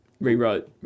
rewrote